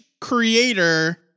creator